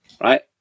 Right